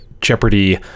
Jeopardy